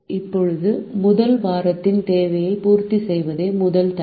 இப்போது முதல் வாரத்தின் தேவையை பூர்த்தி செய்வதே முதல் தடை